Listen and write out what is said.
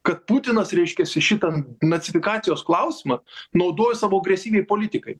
kad putinas reiškiasi šitą nacifikacijos klausimą naudoja savo agresyviai politikai